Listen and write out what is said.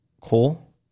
cool